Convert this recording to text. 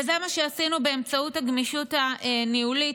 וזה מה שעשינו באמצעות הגמישות הניהולית.